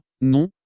non